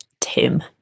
Tim